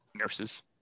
nurses